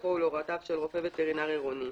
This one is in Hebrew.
לפיקוחו ולהוראותיו של רופא וטרינר עירוני,